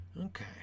Okay